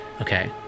Okay